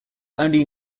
only